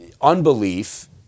Unbelief